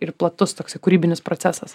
ir platus toksai kūrybinis procesas